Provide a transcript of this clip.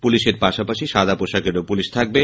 পুলিশের পাশাপাশি সাদা পোশাকের পুলিও থাকবে